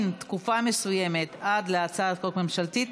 תקופה מסוימת עד להצעת חוק ממשלתית,